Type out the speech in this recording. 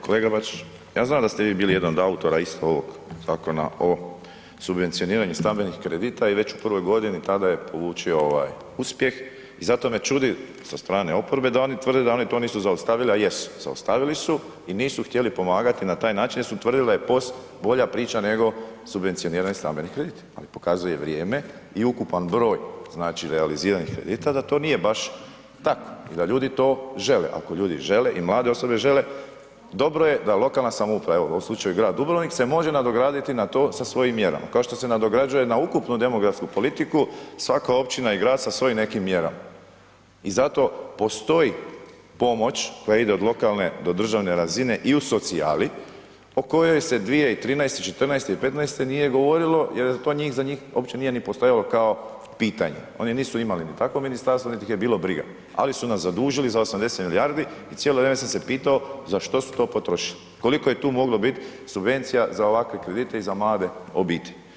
Kolega Bačić, ja znam da ste vi bili jedan od autora isto ovog Zakona o subvencioniranju stambenih kredita i već u prvoj godini tada je polučio uspjeh i zato me čudi sa strane oporbe da oni tvrde da oni to nisu zaustavili, a jesu zaustavili su i nisu htjeli pomagati na taj način jer su utvrdile POS bolja priča nego subvencioniranje stambenih kredita jer pokazuje vrijeme i ukupan broj, znači realiziranih kredita da to nije baš tako i da ljudi to žele, ako ljudi žele i mlade osobe žele, dobro je da lokalna samouprava, evo u ovom slučaju grad Dubrovnik se može nadograditi na to sa svojim mjerama kao što se nadograđuje na ukupnu demografsku politiku svaka općina i grad sa svojim nekim mjerama i zato postoji pomoć koja ide od lokalne do državne razine i u socijali o kojoj se 2013., 2014. i 2015. nije govorilo jer to za njih uopće nije ni postojalo kao pitanje, oni nisu imali ni takvo ministarstvo nit ih je bilo briga, ali su nas zadužili za 80 milijardi i cijelo vrijeme sam se pitao za što su to potrošili, koliko je tu moglo bit subvencija za ovakve kredite i za mlade obitelji.